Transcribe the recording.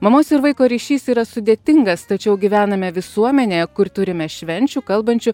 mamos ir vaiko ryšys yra sudėtingas tačiau gyvename visuomenėje kur turime švenčių kalbančių